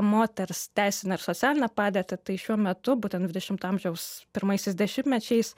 moters teisinę ir socialinę padėtį tai šiuo metu būtent dvidešimto amžiaus pirmaisiais dešimtmečiais